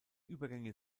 übergänge